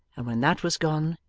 and when that was gone,